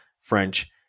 French